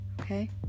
okay